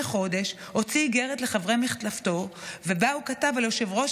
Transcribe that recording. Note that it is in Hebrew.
חודש הוציא איגרת לחברי מפלגתו ובה הוא כתב על יושב-ראש